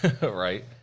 Right